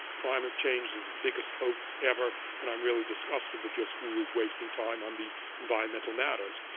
climate change is the biggest hoax ever. and i'm really disgusted that your school is wasting time on these environmental matters.